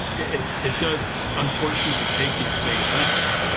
it it does, unfortunately, take these big events.